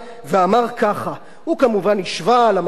הוא כמובן השווה למצב בארצות ערב וכו'.